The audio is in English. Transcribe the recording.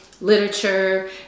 literature